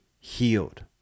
healed